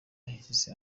yahise